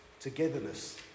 Togetherness